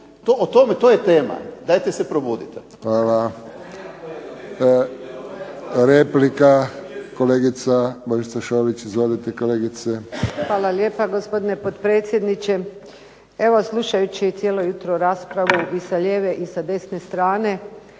**Friščić, Josip (HSS)** Hvala. Replika kolegica Božica Šolić. Izvolite. **Šolić, Božica (HDZ)** Hvala lijepa gospodine potpredsjedniče. Evo slušajući cijelo jutro raspravu i sa lijeve i sa desne strane,